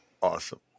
Awesome